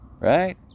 Right